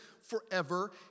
forever